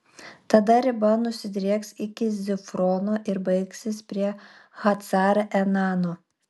tada riba nusidrieks iki zifrono ir baigsis prie hacar enano